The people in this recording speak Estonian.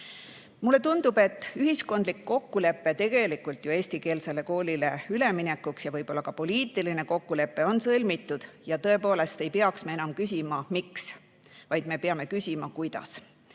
tundub, et ühiskondlik kokkulepe eestikeelsele koolile üleminekuks ja võib-olla ka poliitiline kokkulepe on ju sõlmitud ja tõepoolest ei peaks me enam küsima, miks, vaid me peame küsima, kuidas.